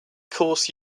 course